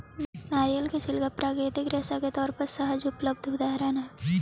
नरियर के छिलका प्राकृतिक रेशा के तौर पर सहज उपलब्ध उदाहरण हई